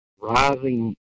rising